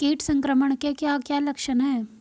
कीट संक्रमण के क्या क्या लक्षण हैं?